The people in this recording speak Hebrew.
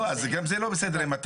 גם זה לא בסדר אם יש